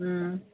ம்